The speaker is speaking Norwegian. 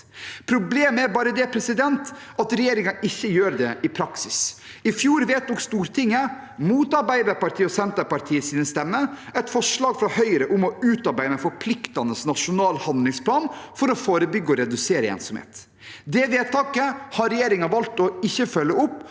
Problemet er bare at regjeringen ikke gjør dette i praksis. I fjor vedtok Stortinget, mot Arbeiderpartiet og Senterpartiets stemmer, et forslag fra Høyre om å utarbeide en forpliktende nasjonal handlingsplan for å forebygge og redusere ensomhet. Det vedtaket har regjeringen valgt å ikke følge opp,